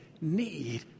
need